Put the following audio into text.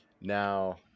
now